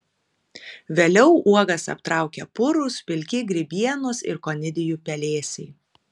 vėliau uogas aptraukia purūs pilki grybienos ir konidijų pelėsiai